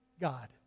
God